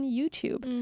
YouTube